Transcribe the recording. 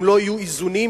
אם לא יהיו איזונים,